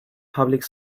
public